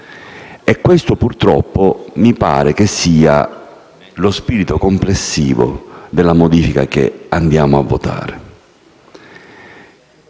Questo, purtroppo, mi pare che sia lo spirito complessivo della modifica che ci accingiamo a votare.